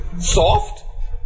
soft